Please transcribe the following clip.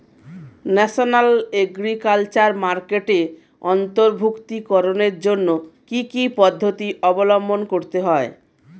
National agriculture মার্কেটে অন্তর্ভুক্তিকরণের জন্য কি কি পদ্ধতি অবলম্বন করতে হয়?